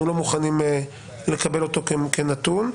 אנחנו לא מוכנים לקבל אותו כנתון,